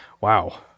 Wow